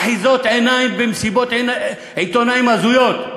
אחיזות עיניים במסיבות עיתונאים הזויות.